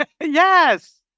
Yes